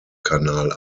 kanal